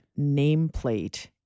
nameplate